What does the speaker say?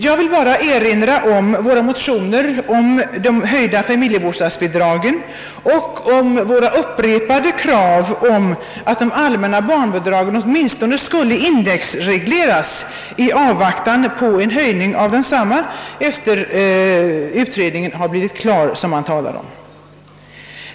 Jag vill bara erinra om våra motioner om höjda familjebostadsbidrag och om våra upprepade krav på att de allmänna barnbidragen åtminstone skule indexregleras i avvaktan på den höjning, som det talas om och som skulle ske sedan utredningen blivit klar.